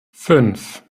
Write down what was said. fünf